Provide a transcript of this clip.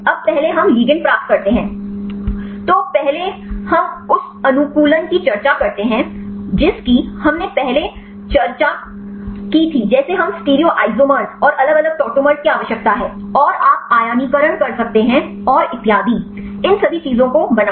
अब पहले हम लिगेंड प्राप्त करते हैं पहले हम उस अनुकूलन की चर्चा करते हैं जिसकी हमने पहले चर्चा की थी जैसे हमें स्टीरियोसोमर्स और अलग अलग टॉटोमर्स की आवश्यकता है और आप आयनीकरण कर सकते हैं और इतियादी इन सभी चीजों को सही बनाओ